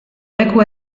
leku